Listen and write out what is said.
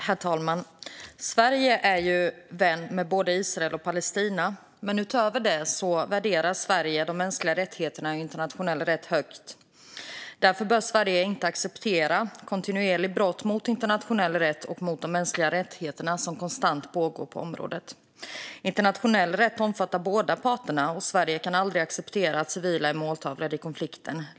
Herr talman! Sverige är vän med både Israel och Palestina, men utöver det värderar Sverige de mänskliga rättigheterna och internationell rätt högt. Därför bör Sverige inte acceptera de brott mot internationell rätt och mänskliga rättigheter som konstant pågår på området. Internationell rätt omfattar båda parterna, och Sverige kan aldrig acceptera att civila är måltavlor i konflikten.